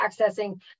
accessing